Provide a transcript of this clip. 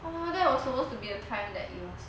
well that was supposed to be the time that it was